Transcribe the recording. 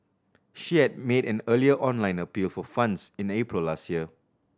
she had made an earlier online appeal for funds in April last year